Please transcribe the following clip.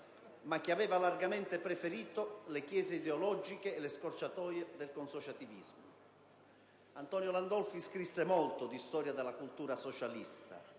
ma che aveva largamente preferito le chiese ideologiche e le scorciatoie del consociativismo. Scrisse molto di storia della cultura socialista,